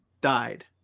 died